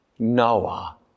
Noah